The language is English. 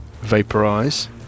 vaporize